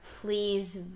please